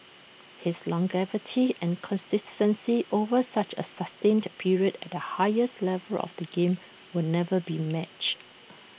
his longevity and consistency over such A sustained period at the highest level of the game will never be matched